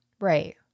right